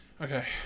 Okay